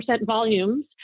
volumes